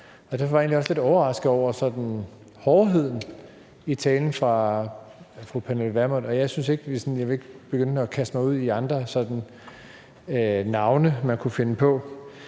Derfor var jeg egentlig også lidt overrasket over sådan hårdheden i talen fra fru Pernille Vermund. Jeg vil ikke begynde at kaste mig ud i andre sådan navne, man kunne finde på,